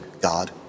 God